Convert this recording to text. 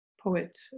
poet